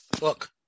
Look